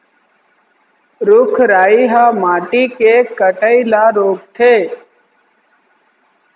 रूख राई ह माटी के कटई ल रोकथे